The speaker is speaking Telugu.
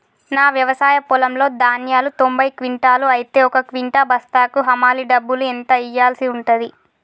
నా వ్యవసాయ పొలంలో ధాన్యాలు తొంభై క్వింటాలు అయితే ఒక క్వింటా బస్తాకు హమాలీ డబ్బులు ఎంత ఇయ్యాల్సి ఉంటది?